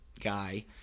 guy